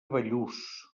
bellús